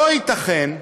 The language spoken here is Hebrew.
לא ייתכן,